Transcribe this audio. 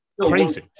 Crazy